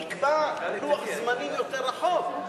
נקבע לוח זמנים יותר רחוק.